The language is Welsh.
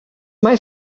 mae